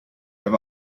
have